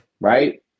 right